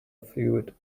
fluid